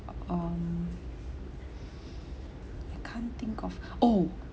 um I can't think of oh